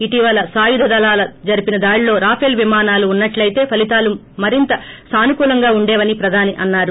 ఇటీవల సాయుద దాళలు జరిపిన దాడిలో రాఫెల్ విమానాలు ఉన్నట్లయితే ఫలితాలు మారింత సానుకూలంగా ఉండేవని ప్రధాని అన్నారు